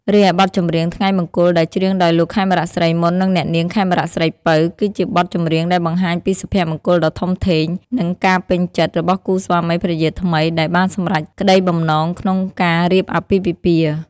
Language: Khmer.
រីឯបទចម្រៀង ថ្ងៃមង្គល ដែលច្រៀងដោយលោក ខេមរៈ សិរីមន្ត និងអ្នកនាង ខេមរៈ ស្រីពៅ គឺជាបទចម្រៀងដែលបង្ហាញពី សុភមង្គលដ៏ធំធេង និងការពេញចិត្ត របស់គូស្វាមីភរិយាថ្មី ដែលបានសម្រេចក្ដីបំណងក្នុងការរៀបអាពាហ៍ពិពាហ៍។